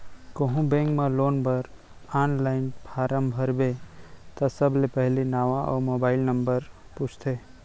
कोहूँ बेंक म लोन बर आनलाइन फारम भरबे त सबले पहिली नांव अउ मोबाइल नंबर पूछथे